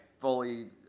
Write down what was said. fully